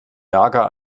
nager